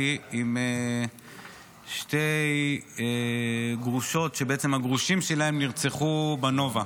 עם שתי גרושות שהגרושים שלהם נרצחו בנובה.